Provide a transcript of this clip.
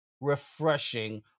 refreshing